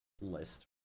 list